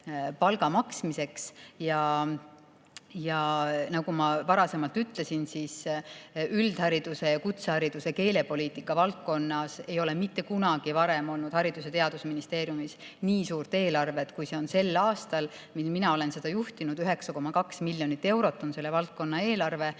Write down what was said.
Ja nagu ma varasemalt ütlesin, üldhariduse ja kutsehariduse keelepoliitika valdkonnas ei ole mitte kunagi varem olnud Haridus- ja Teadusministeeriumis nii suurt eelarvet, kui on sel aastal, mil mina olen seda juhtinud: 9,2 miljonit eurot on selle valdkonna eelarve.